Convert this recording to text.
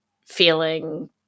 feeling